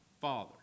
Father